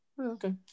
Okay